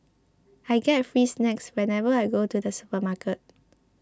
I get free snacks whenever I go to the supermarket